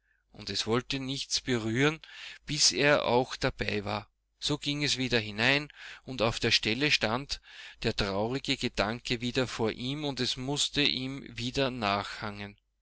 und es wollte nichts berühren bis er auch dabei war so ging es wieder hinein und auf der stelle stand der traurige gedanke wieder vor ihm und es mußte ihm wieder nachhangen